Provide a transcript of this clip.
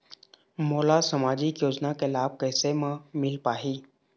मोला सामाजिक योजना के लाभ कैसे म मिल पाही?